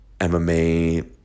MMA